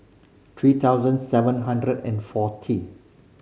three thousand seven hundred and forty